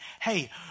hey